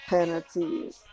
Penalties